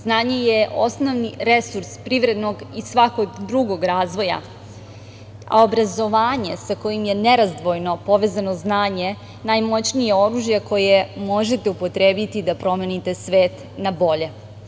Znanje je osnovni resurs privrednog i svakog drugog razvoja, a obrazovanje sa kojim je nerazdvojno povezano znanje najmoćnije oružje, koje može upotrebiti da promenite svet na bolje.